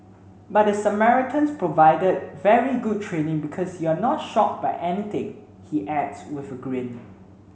but the Samaritans provided very good training because you're not shocked by anything he adds with a grin